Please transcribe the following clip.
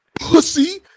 pussy